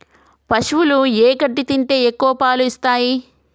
పశువులు ఏ గడ్డి తింటే ఎక్కువ పాలు ఇస్తాయి?